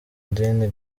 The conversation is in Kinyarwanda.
idini